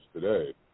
today